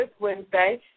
Wednesday